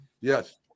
Yes